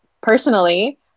personally